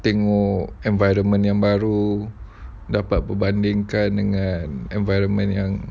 tengok environment yang baru dapat berbandingkan dengan environment yang